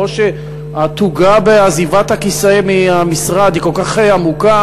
או שהתוגה בעזיבת הכיסא במשרד היא כל כך עמוקה